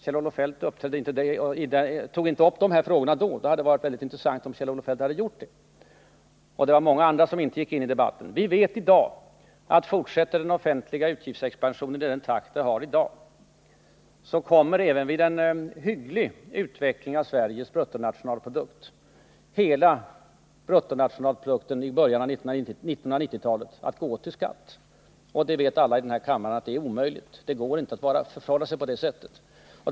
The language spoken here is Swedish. Kjell-Olof Feldt tog inte upp de här frågorna då — det hade varit mycket intressant om han gjort det. Vi vet att fortsätter den offentliga utgiftsexpansionen i samma takt som i dag kommer i början av 1990-talet, även vid en hygglig utveckling av Sveriges bruttonationalprodukt, hela bruttonationalprodukten att gå åt till skatt. Och alla här i kammaren vet att detta är omöjligt — vi kan inte låta utvecklingen fortgå på det sättet.